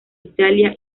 italia